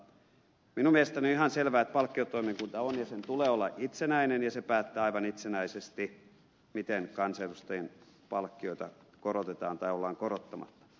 minun mielestäni on ihan selvää että palkkiotoimikunta on ja sen tulee olla itsenäinen ja se päättää aivan itsenäisesti miten kansanedustajien palkkioita korotetaan tai ollaan korottamatta